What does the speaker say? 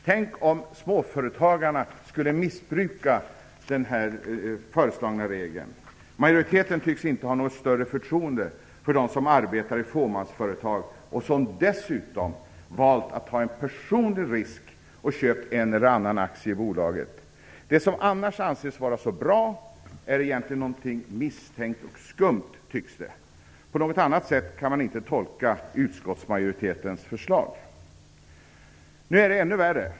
Tänk om småföretagarna skulle missbruka den föreslagna regeln! Majoriteten tycks inte ha något större förtroende för dem som arbetar i fåmansföretag och som dessutom valt att ta en personlig risk och köpt en eller annan aktie i bolaget. Det som annars anses vara så bra är egentligen någonting misstänkt och skumt, tycks det. På något annat sätt kan man inte tolka utskottsmajoritetens förslag. Nu är det ännu värre.